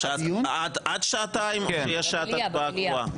עד שעתיים, או תהיה שעת הצבעה קבועה?